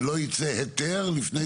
ולא יצא היתר לפני?